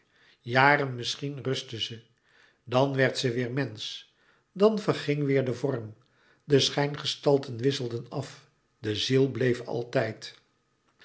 jaren misschien rustte ze dan werd ze weêr mensch dan verging weêr de vorm de schijngestalten wisselden af de ziel bleef altijd